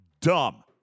dumb